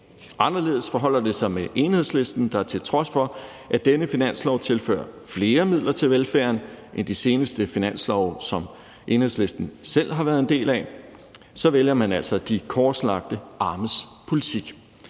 Anderledes forholder det sig med Enhedslisten, der til trods for at denne finanslov tilfører flere midler til velfærden end de seneste finanslove, som Enhedslisten selv har været en del af, altså vælger de korslagte armes politik.